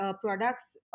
products